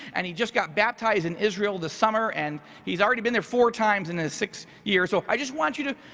and he just got baptized in israel this summer. and he's already been there four times in the six years. so i just want you to.